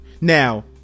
Now